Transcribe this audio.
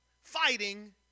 fighting